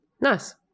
Nice